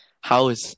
house